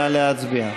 נא להצביע.